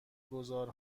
گذار